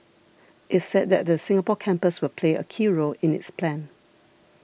it said that the Singapore campus will play a key role in its plan